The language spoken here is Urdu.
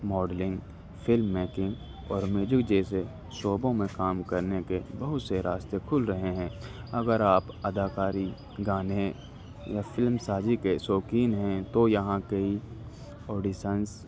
ماڈلنگ فلم میکنگ اور میوجک جیسے شعبوں میں کام کرنے کے بہت سے راستے کھل رہے ہیں اگر آپ اداکاری گانے یا فلم سازی کے شوقین ہیں تو یہاں کئی آڈیسنس